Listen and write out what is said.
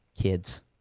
Kids